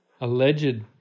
Alleged